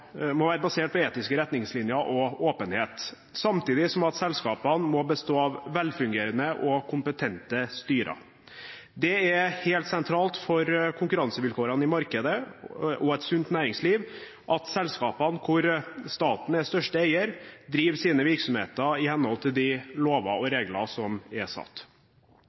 åpenhet, samtidig som selskapene må bestå av velfungerende og kompetente styrer. Det er helt sentralt for konkurransevilkårene i markedet og for et sunt næringsliv at selskapene hvor staten er største eier, driver sine virksomheter i henhold til de lover og regler som er satt.